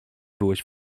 byłeś